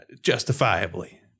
justifiably